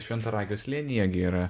šventaragio slėnyje gi yra